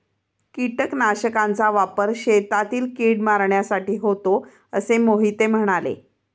कीटकनाशकांचा वापर शेतातील कीड मारण्यासाठी होतो असे मोहिते म्हणाले